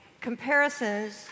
comparisons